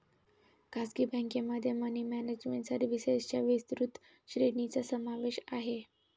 खासगी बँकेमध्ये money management सर्व्हिसेसच्या विस्तृत श्रेणीचा समावेश आहे